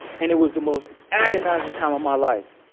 and it was the most agonizing time of my life,